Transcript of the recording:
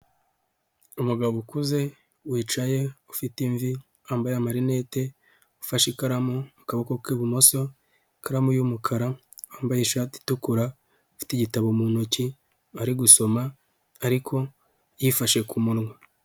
Umugabo ukuze wicaye ufite imvi, wambaye amarinete, afashe ikaramu mu kaboko k'ibumoso, ikaramu y'umukara, wambaye ishati itukura, afite igitabo mu ntoki ari gusoma, ariko yifashe ku munwa.